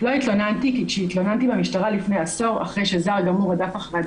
"לא התלוננתי כי כשהתלוננתי במשטרה לפני עשור אחרי שזר גמור רדף אחריי